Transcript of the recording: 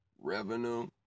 revenue